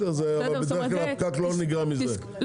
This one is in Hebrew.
בדרך-כלל הפקק לא נגרם מזה.